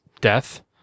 death